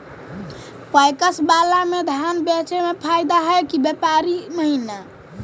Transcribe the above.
PACS बाला में धान बेचे मे फायदा है कि व्यापारी महिना?